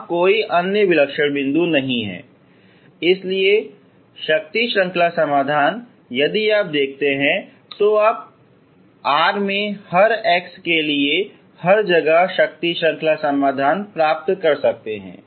वहाँ कोई अन्य विलक्षण बिंदु नहीं है इसलिए शक्ति श्रंखला समाधान यदि आप देखते हैं तो आप R में हर x के लिए हर जगह शक्ति श्रंखला समाधान प्राप्त कर सकते हैं